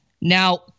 Now